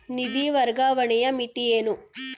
ನಿಧಿ ವರ್ಗಾವಣೆಯ ಮಿತಿ ಏನು?